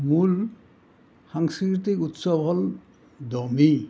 মূল সাংস্কৃতিক উৎসৱ হ'ল দহমি